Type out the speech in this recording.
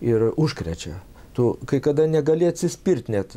ir užkrečia tu kai kada negali atsispirt net